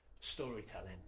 storytelling